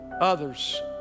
Others